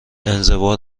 انزوا